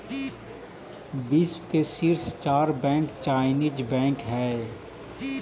विश्व के शीर्ष चार बैंक चाइनीस बैंक हइ